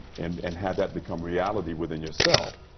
and and have that become reality within yourself.